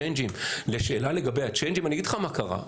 צ'יינג'ים לשאלה לגבי הצ'יינג'ים אני אגיד לך מה קרה.